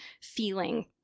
feeling